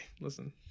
listen